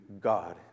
God